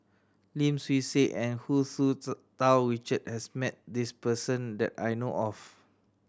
Lim Swee Say and Hu Tsu Tau Richard has met this person that I know of